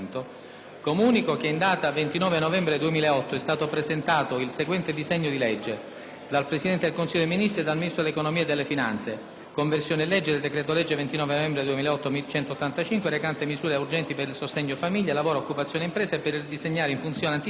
Comunico che, in data 29 novembre 2008, è stato presentato il seguente disegno di legge: *dal Presidente del Consiglio dei Ministri e dal Ministro dell'economia e delle finanze*: «Conversione in legge del decreto-legge 29 novembre 2008, n. 185, recante misure urgenti per il sostegno a famiglie, lavoro, occupazione e impresa e per ridisegnare in funzione anticrisi